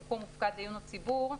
במקום הופקד לעיון הציבור,